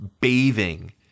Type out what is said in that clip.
bathing